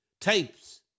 tapes